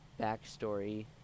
backstory